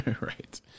Right